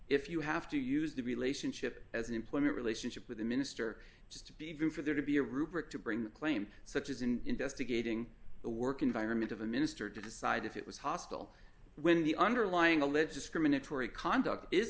if you have to use the relationship as an employment relationship with the minister just to be given for there to be a rubric to bring the claim such as in investigating the work environment of a minister to decide if it was hostile when the underlying alleged discriminatory conduct is